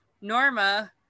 Norma